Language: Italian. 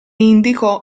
indicò